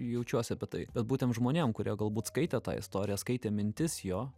jaučiuosi apie tai bet būtent žmonėm kurie galbūt skaitė tą istoriją skaitė mintis jo